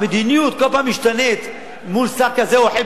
המדיניות כל פעם משתנית מול שר כזה או אחר,